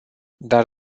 dar